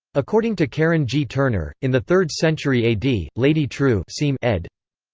according to karen g. turner, in the third century a d, lady trieu seem ed.